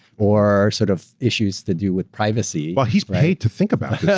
or sort of issues to do with privacy. wow he's paid to think about